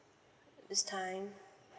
this time